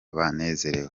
banezerewe